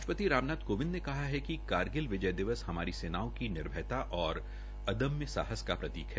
राष्ट्रपति राम नाथ कोविंद ने कहा है कि कारगिल विजय दिवस हमारी सेनाओं की निर्भयता और अदम्य साहस का प्रतीक है